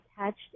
attached